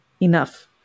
enough